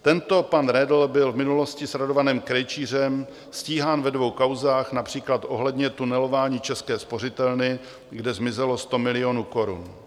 Tento pan Redl byl v minulosti s Radovanem Krejčířem stíhán ve dvou kauzách, například ohledně tunelování České spořitelny, kde zmizelo 100 milionů korun.